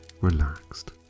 relaxed